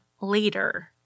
later